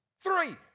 Three